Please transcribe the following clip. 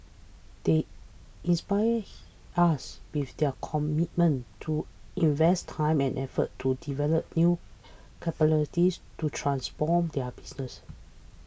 they inspire us with their commitment to invest time and effort to develop new capabilities to transform their businesses